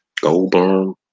Goldberg